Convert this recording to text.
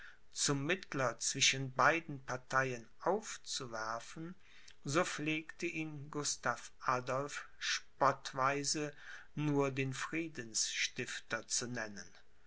zum mittler zwischen beiden parteien aufzuwerfen so pflegte ihn gustav adolph spottweise nur den friedensstifter zu nennen